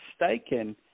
mistaken